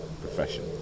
Profession